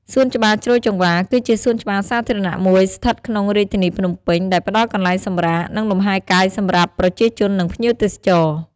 សួនច្បារជ្រោយចង្វារ គឺជាសួនច្បារសាធារណៈមួយស្ថិតក្នុងរាជធានីភ្នំពេញ ដែលផ្តល់កន្លែងសម្រាក និងលំហែកាយសម្រាប់ប្រ ជាជននិងភ្ញៀវទេសចរ។